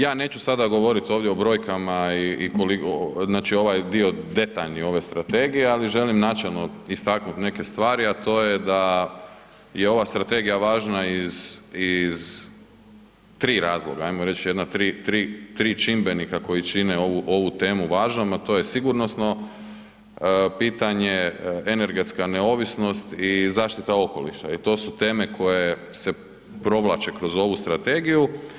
Ja neću sada govoriti ovdje o brojkama, znači ovaj detaljni dio strategije, ali želim načelno istaknuti neke stvari, a to je da je ova strategija važna iz tri razloga, ajmo reći, tri čimbenika koji čine ovu temu važnom, a to je sigurnosno pitanje, energetska neovisnost i zaštita okoliša ito su teme koje se provlače kroz ovu strategiju.